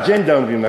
אגֵ'נדה אומרים,